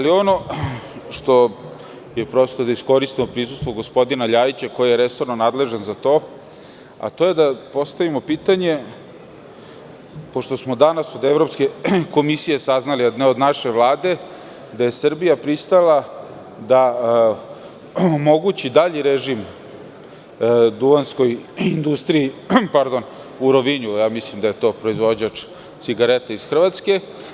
Iskoristili bismo prisustvo gospodina Ljajića, koji je resorno nadležan za to, a to je da postavimo pitanje, pošto smo danas od Evropske komisije saznali, a ne od naše Vlade, daje Srbija pristala da omogući dalji režim duvanskoj industriji u Rovinju, mislim da je to proizvođač cigareta iz Hrvatske.